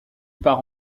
part